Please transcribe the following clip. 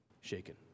shaken